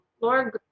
Lord